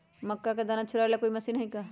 मक्का के दाना छुराबे ला कोई मशीन हई का?